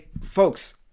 Folks